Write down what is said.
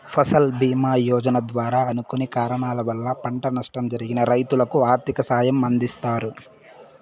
ఫసల్ భీమ యోజన ద్వారా అనుకోని కారణాల వల్ల పంట నష్టం జరిగిన రైతులకు ఆర్థిక సాయం అందిస్తారు